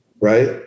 right